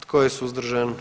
Tko je suzdržan?